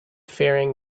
faring